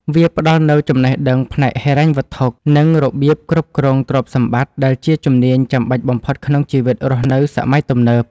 វាផ្ដល់នូវចំណេះដឹងផ្នែកហិរញ្ញវត្ថុ និងរបៀបគ្រប់គ្រងទ្រព្យសម្បត្តិ ដែលជាជំនាញចាំបាច់បំផុតក្នុងជីវិតរស់នៅសម័យទំនើប។